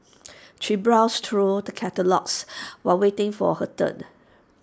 she browsed through the catalogues while waiting for her turn